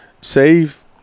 save